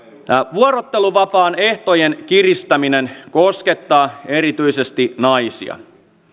vuorotteluvapaan ehtojen kiristäminen koskettaa erityisesti naisia